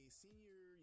senior